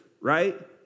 right